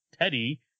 Teddy